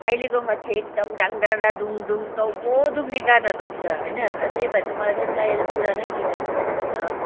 अहिलेकोमा चाहिँ एकदम ड्याङ् ड्याङ् र डुङ् डुङ् टाउको दुख्ने गानाहरू हुन्छ होइन त्यही भएर चाहिँ मलाई चाहिँ प्रायः पुरानै गीतहरू मन पर्छ